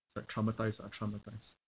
like traumatised ah traumatised